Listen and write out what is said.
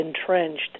entrenched